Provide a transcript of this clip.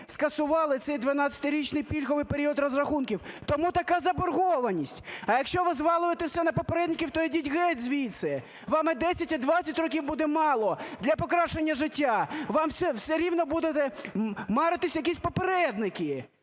скасували цей 12-річний пільговий період розрахунків, тому така заборгованість. А якщо ви звалюєте все на попередників, то йдіть геть звідси! Вам і 10, і 20 років буде мало для покращення життя. Вам все рівно будуть маритись якісь попередники.